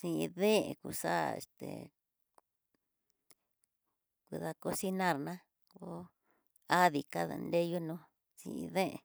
Xhin deen kuxá'a este, keda cocinar ma'a kó adi kada nreyunó xhin deen